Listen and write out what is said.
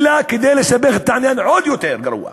אלא נתן אותו כדי לסבך את העניין ולעשות אותו עוד יותר גרוע.